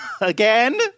Again